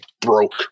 broke